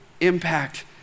impact